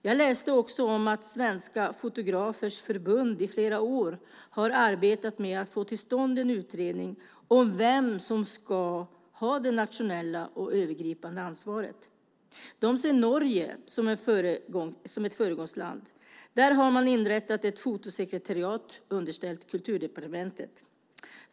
Jag läste också om att Svenska Fotografers Förbund i flera år har arbetat med att få till stånd en utredning om vem som ska ha det nationella och övergripande ansvaret. De ser Norge som ett föregångsland. Där har man inrättat ett fotosekretariat underställt Kulturdepartementet.